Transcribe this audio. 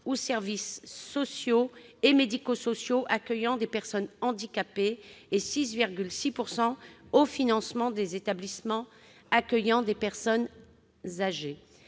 services sociaux et médico-sociaux accueillant des personnes handicapées et de 6,6 % de ce produit au financement des établissements accueillant des personnes âgées.